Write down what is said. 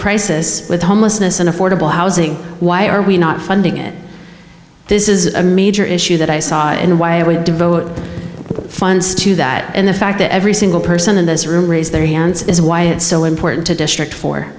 crisis with homelessness and affordable housing why are we not funding it this is a major issue that i saw and why i would devote the funds to that and the fact that every single person in this room raise their hands is why it's so important to district fo